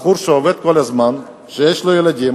בחור שעובד כל הזמן, שיש לו ילדים,